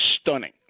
stunning